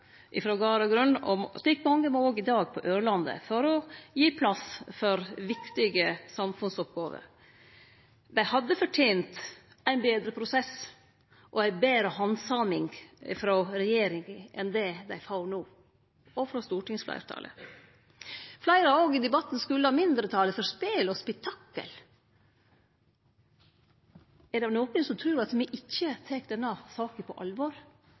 og grunn, slik mange på Ørlandet må i dag, for å gi plass til viktige samfunnsoppgåver. Dei hadde fortent ein betre prosess og ei betre handsaming frå regjeringa og stortingsfleirtalet enn dei får no. Fleire har òg i debatten skulda mindretalet for spel og spetakkel. Er det nokon som trur at me ikkje tek denne saka på alvor?